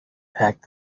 packed